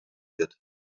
wird